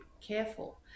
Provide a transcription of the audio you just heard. careful